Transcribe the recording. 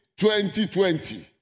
2020